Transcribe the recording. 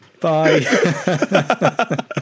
Bye